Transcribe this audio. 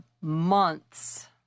months